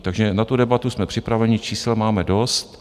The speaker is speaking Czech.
Takže na tu debatu jsme připraveni, čísel máme dost.